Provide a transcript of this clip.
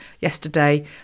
yesterday